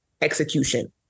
execution